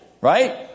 right